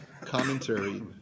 commentary